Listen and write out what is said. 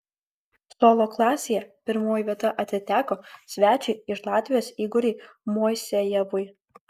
solo klasėje pirmoji vieta atiteko svečiui iš latvijos igoriui moisejevui